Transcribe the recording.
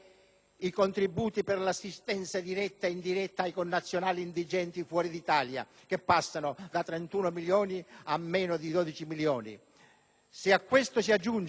i contributi per l'assistenza diretta e indiretta ai connazionali indigenti fuori d'Italia, che passano da 31 milioni a meno di 12 milioni